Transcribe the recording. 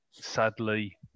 Sadly